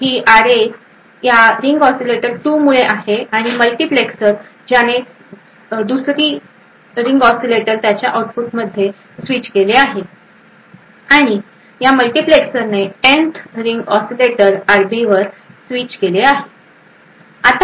एक ही आरए या रिंग ऑसीलेटर 2 मुळे आहे आणि मल्टिप्लेक्सर्स ज्याने 2 रा रिंग ऑसीलेटर त्याच्या आउटपुटमध्ये स्विच केले आहे आणि या मल्टीप्लेक्सरने एनथ रिंग ऑसीलेटर आरबी वर स्विच केले आहे